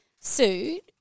sued